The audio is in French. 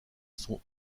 sont